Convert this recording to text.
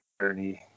journey